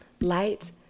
Light